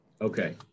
Okay